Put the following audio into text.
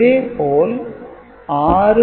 இதே போல் 6